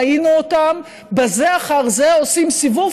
ראינו אותם זה אחר זה עושים סיבוב